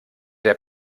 der